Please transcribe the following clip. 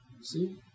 See